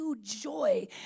joy